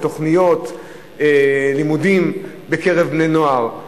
בתוכניות לימודים בקרב בני-נוער.